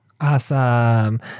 Awesome